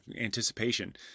anticipation